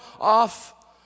off